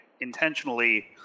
intentionally